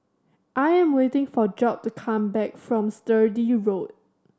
I am waiting for Job to come back from Sturdee Road